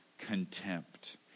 contempt